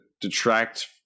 detract